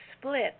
split